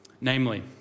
Namely